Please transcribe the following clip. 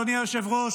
אדוני היושב-ראש,